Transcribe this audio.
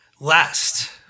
Last